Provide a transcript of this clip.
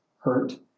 hurt